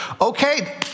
Okay